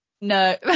No